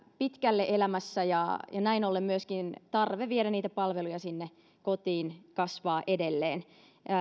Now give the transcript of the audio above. pitkälle elämässä ja näin ollen myöskin tarve viedä niitä palveluja sinne kotiin kasvaa edelleen